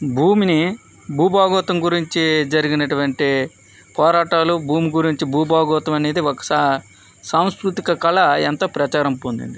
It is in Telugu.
భూమిని భూభాగోతం గురించి జరిగినటువంటి పోరాటాలు భూమి గురించి భూభాగోతం అనేది ఒక సాంస్కృతిక కళ ఎంతో ప్రచారం పొందింది